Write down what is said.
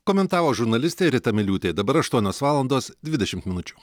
komentavo žurnalistė rita miliūtė dabar aštuonios valandos dvidešimt minučių